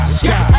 sky